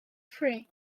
free